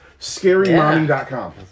Scarymommy.com